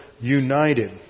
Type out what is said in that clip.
united